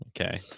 Okay